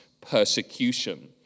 persecution